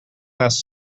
last